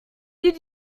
did